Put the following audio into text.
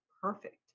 perfect